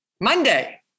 Monday